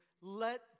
let